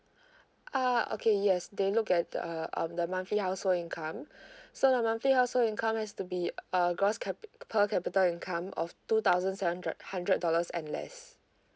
uh okay yes they look at the um the month household income so the monthly household income has to be uh gross capit~ per capita income of two thousands six hundred hundred dollars and less